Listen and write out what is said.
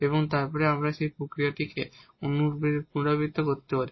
এবং তারপরে আমরা আবার সেই প্রক্রিয়াটি পুনরাবৃত্তি করতে পারি